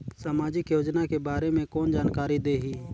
समाजिक योजना के बारे मे कोन जानकारी देही?